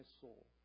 soul